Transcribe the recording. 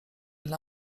dla